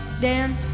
Dan